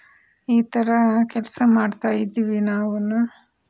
ಈ ಥರ ಕೆಲಸ ಮಾಡ್ತಾ ಇದ್ವಿ ನಾವೂನು